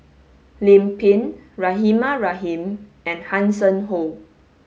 Lim Pin Rahimah Rahim and Hanson Ho